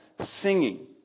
singing